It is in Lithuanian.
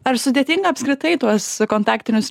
ar sudėtinga apskritai tuos kontaktinius